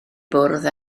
bwrdd